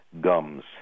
Gums